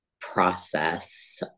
process